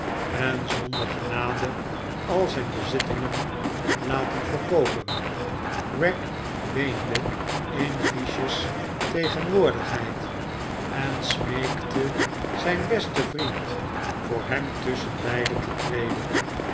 en zonder genade al zijn bezittingen laten verkoopen wagg weende in fiche's tegenwoordigheid en smeekte zijn besten vriend voor hem tusschenbeide te treden